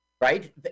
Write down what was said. right